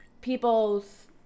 people's